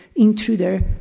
intruder